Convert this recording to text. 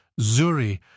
Zuri